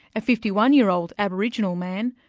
a fifty one year old aboriginal man,